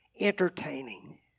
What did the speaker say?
entertaining